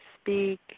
speak